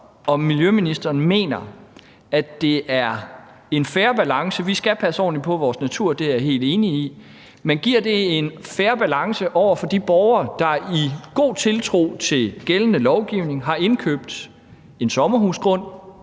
om miljøministeren mener, det er en fair balance. Vi skal passe ordentligt på vores natur, det er jeg helt enig i. Men giver det en fair balance over for de borgere, der i god tiltro til gældende lovgivning har købt en sommerhusgrund